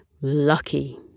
lucky